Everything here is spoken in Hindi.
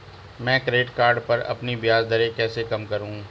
मैं क्रेडिट कार्ड पर अपनी ब्याज दरें कैसे कम करूँ?